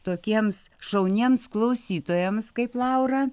tokiems šauniems klausytojams kaip laura